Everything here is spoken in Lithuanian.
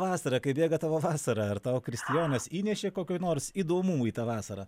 vasara kaip bėga tavo vasara ar tau kristijonas įnešė kokių nors įdomumų į tą vasarą